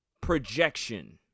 projection